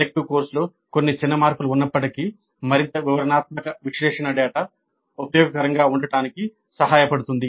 elective కోర్సులో కొన్ని చిన్న మార్పులు ఉన్నప్పటికీ మరింత వివరణాత్మక విశ్లేషణ డేటా ఉపయోగకరంగా ఉండటానికి సహాయపడుతుంది